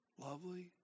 lovely